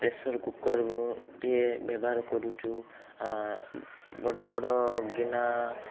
ପ୍ରେସରକୁକରଟିଏ ବ୍ୟବହାର କରୁଛୁ ବଡ଼ ବଡ଼ ଗିନା